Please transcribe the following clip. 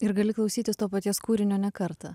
ir gali klausytis to paties kūrinio ne kartą